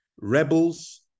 Rebels